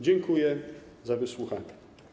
Dziękuję za wysłuchanie.